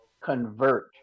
convert